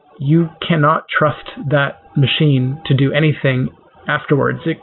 you cannot trust that machine to do anything afterwards.